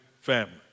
family